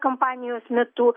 kampanijos metų